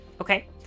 Okay